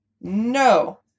no